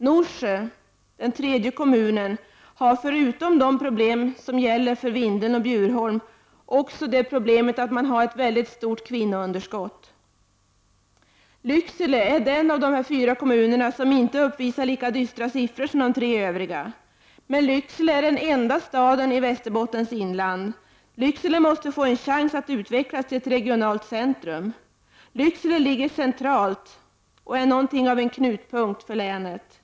Norsjö har förutom samma problem som Bjurholm och Vindeln också det problemet att man har ett mycket stort kvinnounderskott. Lycksele är den av dessa fyra kommuner som inte uppvisar lika dystra siffror som de tre övriga, men Lycksele är den enda staden i Västerbottens inland. Lycksele måste få en chans att utvecklas till ett regionalt centrum. Lycksele ligger centralt och är något av en knutpunkt för länet.